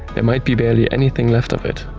there might be barely anything left of it.